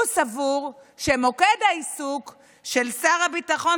הוא סבור שמוקד העיסוק של שר הביטחון